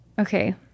Okay